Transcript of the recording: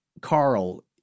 Carl